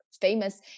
famous